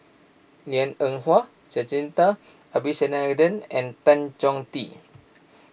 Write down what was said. Liang Eng Hwa Jacintha Abisheganaden and Tan Choh Tee